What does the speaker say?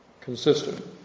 consistent